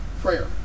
prayer